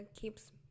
keeps